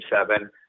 Seven